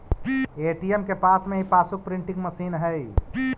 ATM के पास में ही पासबुक प्रिंटिंग मशीन हई